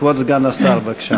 כבוד סגן השר, בבקשה.